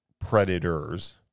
Predators